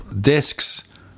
discs